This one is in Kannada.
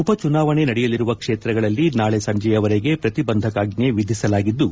ಉಪಚುನಾವಣೆ ನಡೆಯಲಿರುವ ಕ್ಷೇತ್ರಗಳಲ್ಲಿ ನಾಳಿ ಸಂಜೆಯವರೆಗೆ ಪ್ರತಿಬಂಧಕಾಜ್ಞೆ ವಿಧಿಸಲಾಗಿದ್ದು